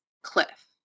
Cliff